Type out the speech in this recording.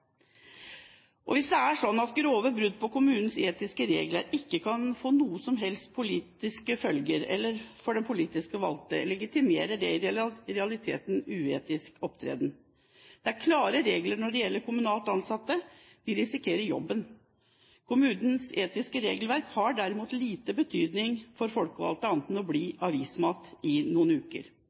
Hvis det er slik at grove brudd på kommunens etiske regler ikke kan få noen som helst politiske følger for politisk valgte, legitimerer det i realiteten uetisk opptreden. Det er klare regler når det gjelder kommunalt ansatte. De risikerer jobben. Kommunens etiske regelverk har derimot liten betydning for folkevalgte, annet enn å bli avismat i noen uker.